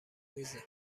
میزه